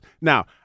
Now